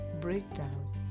breakdown